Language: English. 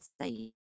say